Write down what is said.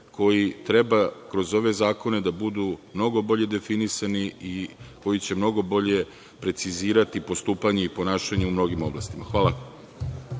koji treba kroz ove zakone da budu mnogo bolje definisani i koji će mnogo bolje precizirati postupanje i ponašanje u mnogim oblastima. Hvala.